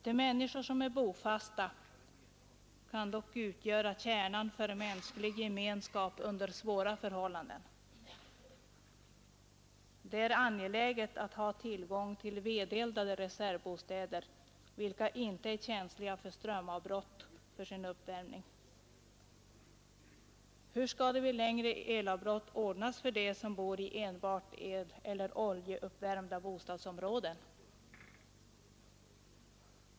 De människor som är bofasta kan dock utgöra kärnan för mänsklig gemenskap under svåra förhållanden. Det är angeläget att ha tillgång till vedeldade reservbostäder, vilka inte är känsliga för strömavbrott när det gäller uppvärmning. Hur skall det vid längre elavbrott ordnas för dem som bor i enbart eleller oljeuppvärmda bostadsområden?